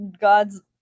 God's